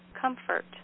comfort